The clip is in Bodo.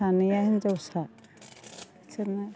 सानैया हिनजावसा बिसोरनो